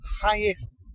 highest